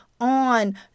on